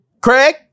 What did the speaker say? Craig